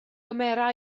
gymera